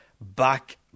back